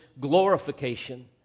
glorification